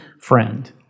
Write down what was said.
friend